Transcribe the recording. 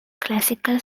classical